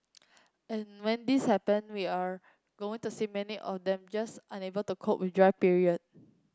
and when this happen we are going to see many of them just unable to cope with dry period